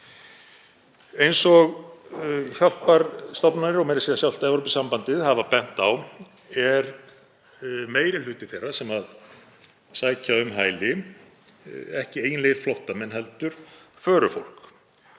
Eins og hjálparstofnanir og meira að segja sjálft Evrópusambandið hafa bent á er meiri hluti þeirra sem sækja um hæli ekki eiginlegir flóttamenn heldur förufólk